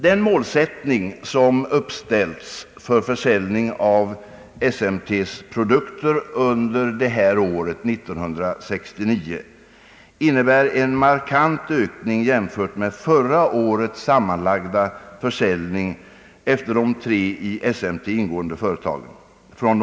Den målsättning som uppställts för försäljning av SMT:s produkter under 1969 innebär en markant ökning jämfört med förra årets sammanlagda försäljning från de tre i SMT ingående företagen.